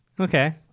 Okay